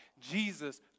Jesus